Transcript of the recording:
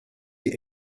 die